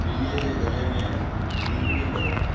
बिलीअ जे गले में गिंगड़ी ॿधणु